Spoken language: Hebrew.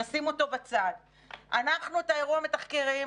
נשים אותו בצד - אנחנו את האירוע מתחקרים,